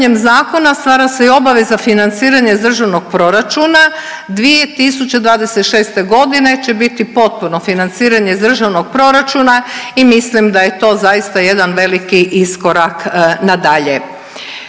Donošenjem zakona stvara se i obveza financiranja iz državnog proračuna, 2026.g. će biti potpuno financiranje iz državnog proračuna i mislim da je to zaista jedan veliki iskorak na dalje.